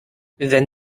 wenn